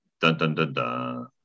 Dun-dun-dun-dun